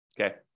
Okay